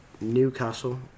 Newcastle